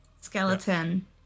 Skeleton